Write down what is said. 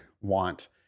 want